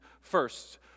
First